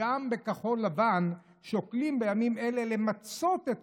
שגם בכחול לבן שוקלים בימים אלה למצות את